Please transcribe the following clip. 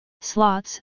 slots